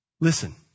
Listen